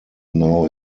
now